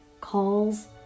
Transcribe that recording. calls